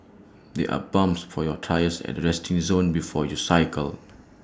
there are pumps for your tyres at the resting zone before you cycle